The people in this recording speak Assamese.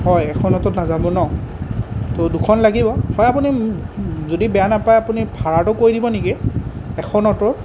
হয় এখন অটোত নাযাব ন ত' দুখন লাগিব হয় আপুনি যদি বেয়া নেপায় আপুনি ভাৰাটো কৈ দিব নেকি এখন অটোৰ